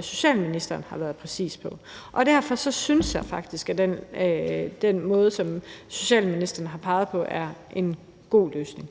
socialministeren har været præcis om? Derfor synes jeg faktisk, at det, som socialministeren har peget på, er en god løsning.